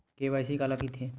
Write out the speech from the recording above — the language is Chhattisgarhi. के.वाई.सी काला कइथे?